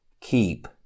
keep